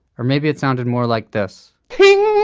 or maybe it sounded more like this ping!